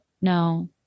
no